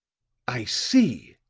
i see,